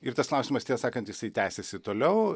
ir tas klausimas tie sakant jisai tęsėsi toliau